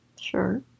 Sure